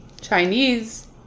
Chinese